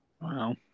Wow